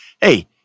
Hey